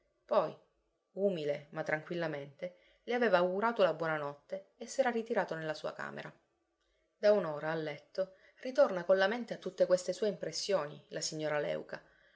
poi umile ma tranquillamente le aveva augurato la buona notte e s'era ritirato nella sua camera da un'ora a letto ritorna con la mente a tutte queste sue impressioni la signora léuca